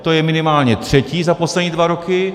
To je minimálně třetí za poslední dva roky.